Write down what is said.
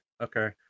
okay